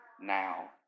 now